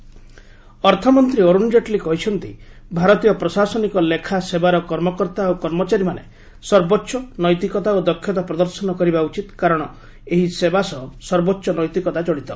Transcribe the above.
କେଟ୍ଲୀ civil accounts ଅର୍ଥମନ୍ତ୍ରୀ ଅରୁଣ ଜେଟ୍ଲୀ କହିଛନ୍ତି ଭାରତୀୟ ପ୍ରଶାସନିକ ଲେଖା ସେବାର କର୍ମକର୍ତ୍ତା ଓ କର୍ମଚାରୀମାନେ ସର୍ବୋଚ୍ଚ ନୈତିକତା ଓ ଦକ୍ଷତା ପ୍ରଦର୍ଶନ କରିବା ଉଚିତ କାରଣ ଏହି ସେବା ସହ ସର୍ବୋଚ୍ଚ ନୈତିକତା ଜଡ଼ିତ